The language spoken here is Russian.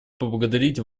поблагодарить